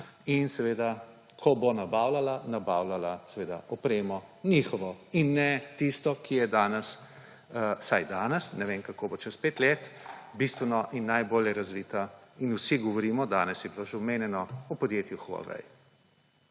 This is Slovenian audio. In ko bo nabavljala, bo nabavljala seveda njihovo opremo in ne tiste, ki je danes – vsaj danes, ne vem, kako bo čez pet let – bistveno in najbolje razvita. In vsi govorimo, danes je bilo že omenjeno, o podjetju Huawei.